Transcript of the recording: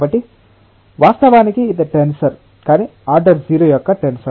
కాబట్టి వాస్తవానికి ఇది టెన్సర్ కానీ ఆర్డర్ 0 యొక్క టెన్సర్